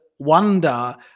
wonder